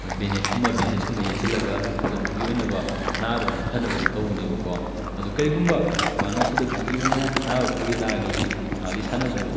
ꯃꯣꯏ ꯕꯦꯟ ꯑꯦꯗ ꯀꯨꯝꯕ ꯕꯦꯟ ꯑꯦꯗꯁ ꯀꯨꯝꯕ ꯌꯦꯠꯁꯤꯜꯂꯒ ꯈꯨꯗꯛꯇꯨꯒꯤ ꯑꯣꯏꯅꯕ ꯅꯥꯕ ꯐꯅꯕꯗꯤ ꯇꯧꯒꯅꯦꯕꯀꯣ ꯑꯗꯨ ꯀꯔꯤꯒꯨꯝꯕ ꯃꯥꯅ ꯈꯨꯗꯛꯇꯨꯒꯤ ꯑꯣꯏꯅ ꯅꯥꯕ ꯐꯈꯤꯇꯥꯔꯒꯗꯤ ꯃꯥꯒꯤ ꯁꯥꯟꯅꯕꯗꯣ